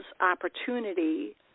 opportunity